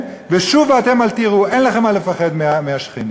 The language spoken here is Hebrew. ושוב "ואתם אל תיראו" אין לכם מה לפחד מהשכנים.